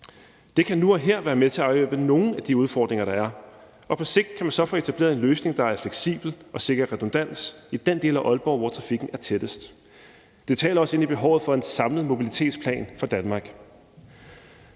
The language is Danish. Det kan nu og her være med til at afhjælpe nogle af de udfordringer, der er, og på sigt kan man så få etableret en løsning, der er fleksibel og sikrer redundans i den del af Aalborg, hvor trafikken er tættest. Det taler også ind i behovet for en samlet mobilitetsplan for Danmark.